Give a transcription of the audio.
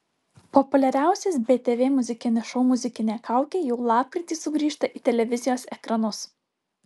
populiariausias btv muzikinis šou muzikinė kaukė jau lapkritį sugrįžta į televizijos ekranus